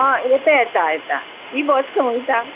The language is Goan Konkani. आं येता येता येता ही बस खंय वयता